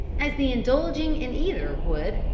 as the indulging in either would,